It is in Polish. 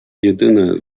jedyne